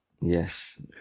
Yes